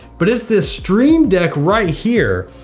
but it's this stream deck right here.